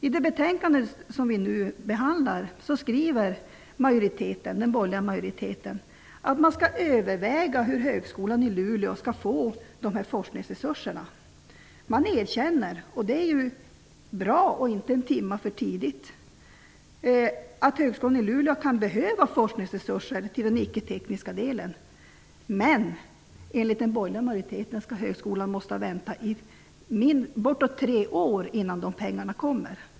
I det betänkande som vi nu behandlar skriver den borgerliga majoriteten att man skall överväga hur Högskolan i Luleå skall få de här forskningsresurserna. Man erkänner -- det är bra och inte en timme för tidigt -- att Högskolan i Luleå kan behöva forskningsresurser till den icketekniska delen, men enligt den borgerliga majoriteten skall högskolan behöva vänta i bortåt tre år innan pengarna kommer.